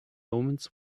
omens